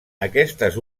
aquestes